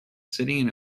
sitting